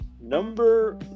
number